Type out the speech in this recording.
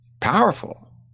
powerful